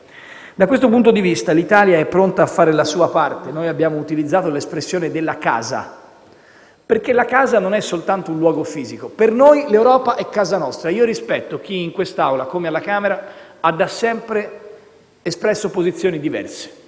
Da questo punto di vista, l'Italia è pronta a fare la sua parte. Noi abbiamo utilizzato l'espressione della «casa» perché essa non è soltanto un luogo fisico; per noi l'Europa è casa nostra. Io rispetto chi in quest'Assemblea, come alla Camera, ha da sempre espresso posizioni diverse.